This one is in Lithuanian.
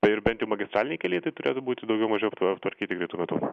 ir bent jau magistraliniai keliai tai turėtų būti daugiau mažiau ap aptvarkyti greitu metu